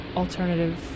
alternative